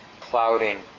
clouding